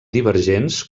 divergents